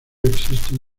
existen